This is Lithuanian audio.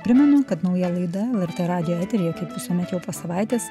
primenu kad nauja laida lrt radijo eteryje kaip visuomet jau po savaitės